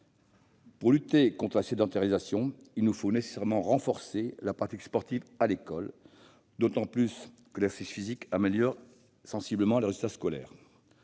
Pour lutter contre la sédentarisation, il nous faut nécessairement renforcer la pratique sportive à l'école, d'autant plus que l'exercice physique améliore sensiblement les résultats scolaires.